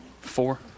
Four